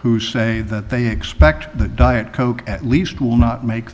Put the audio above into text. who say that they expect that diet coke at least will not make